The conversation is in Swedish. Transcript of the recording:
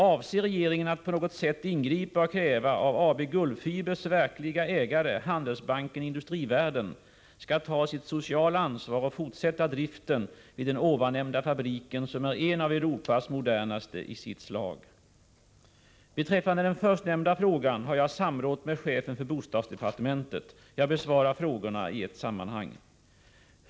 — Avser regeringen att på något sätt ingripa och kräva att AB Gullfibers verkliga ägare, Handelsbanken-Industrivärden, skall ta sitt sociala ansvar och fortsätta driften vid den ovannämnda fabriken som är en av Europas modernaste i sitt slag? Beträffande den förstnämnda frågan har jag samrått med chefen för bostadsdepartementet. Jag besvarar frågorna i ett sammanhang.